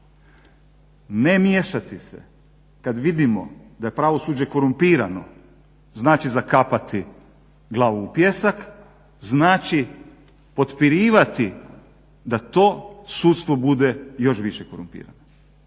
Ne miješati se kad vidimo da je pravosuđe korumpirano znači zakapati glavu u pijesak, znači potpirivati da to sudstvo bude još više korumpirano.